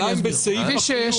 אבל גם הדרך לעבודה.